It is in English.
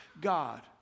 God